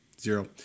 Zero